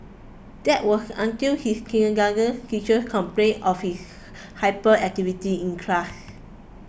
that was until his kindergarten teacher complained of his hyperactivity in class